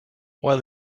while